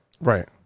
Right